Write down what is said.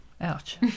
ouch